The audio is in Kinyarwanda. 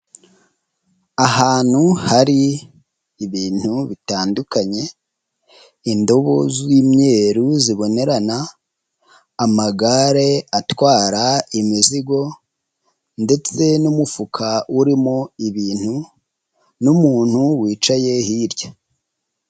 Ahantu hari ibintu bitandukanye: indobo z'imyeru zibonerana, amagare atwara imizigo ndetse n'umufuka urimo ibintu n'umuntu wicaye hirya.